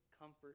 comfort